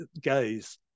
gaze